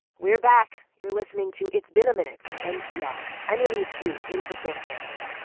we're back. you're listening to it's been a minute from npr. i'm elise hu, in for sam sanders